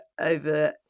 over